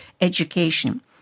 education